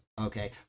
okay